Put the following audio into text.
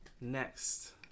Next